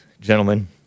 gentlemen